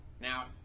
Now